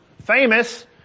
famous